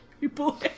people